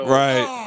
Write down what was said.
right